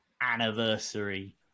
anniversary